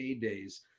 days